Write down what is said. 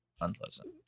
Unpleasant